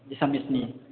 एसामिसनि